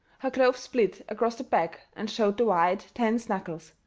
her gloves split across the back and showed the white, tense knuckles.